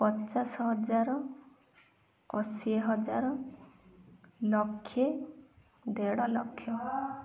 ପଚାଶ ହଜାର ଅଶି ହଜାର ଲକ୍ଷେ ଦେଢ଼ ଲକ୍ଷ